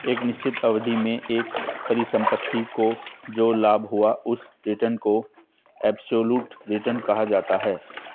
एक निश्चित अवधि में एक परिसंपत्ति को जो लाभ हुआ उस रिटर्न को एबसोल्यूट रिटर्न कहा जाता है